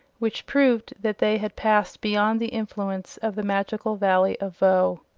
which proved that they had passed beyond the influence of the magical valley of voe.